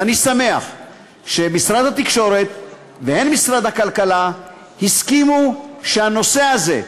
ואני שמח שהן משרד התקשורת והן משרד הכלכלה הסכימו שהנושא הזה,